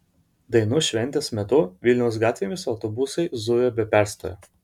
dainų šventės metu vilniaus gatvėmis autobusai zujo be perstojo